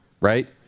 right